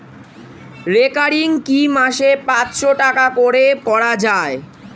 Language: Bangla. রেকারিং কি মাসে পাঁচশ টাকা করে করা যায়?